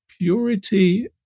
purity